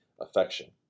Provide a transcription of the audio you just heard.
affection